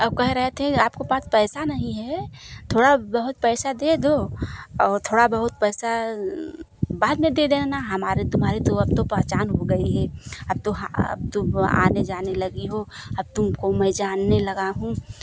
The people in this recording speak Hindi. और कह रहे थे आपके पास पै सा नहीं है थोड़ा बहुत पैसा दे दो और थोड़ा बहुत पैसा बाद में दे देना हमारी तुम्हारी तो अब तो पहचान हो गई है अब तो तुम आने जाने लगी हो अब तुमको मैं जानने लगा हूँ